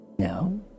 No